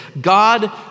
God